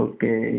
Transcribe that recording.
Okay